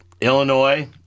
Illinois